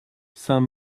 saint